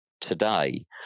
today